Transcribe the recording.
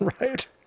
Right